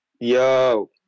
Yo